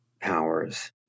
powers